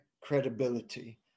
credibility